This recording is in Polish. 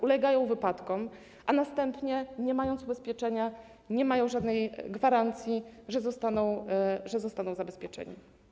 Ulegają oni wypadkom, a następnie, nie mając ubezpieczenia, nie mają żadnej gwarancji, że zostaną zabezpieczeni.